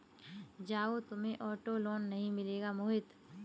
जाओ, तुम्हें auto loan नहीं मिलेगा मोहित